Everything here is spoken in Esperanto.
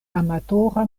amatora